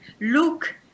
look